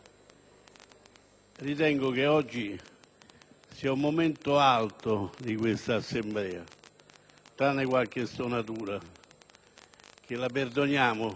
seduta di oggi sia un momento alto di questa Assemblea (tranne qualche stonatura, che perdoniamo